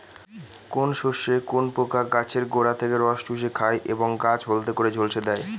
কোন শস্যে কোন পোকা গাছের গোড়া থেকে রস চুষে খায় এবং গাছ হলদে করে ঝলসে দেয়?